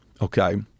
okay